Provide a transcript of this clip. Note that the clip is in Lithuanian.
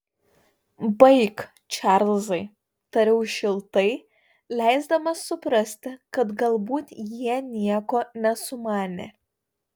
baik čarlzai tariau šiltai leisdamas suprasti kad galbūt jie nieko nesumanė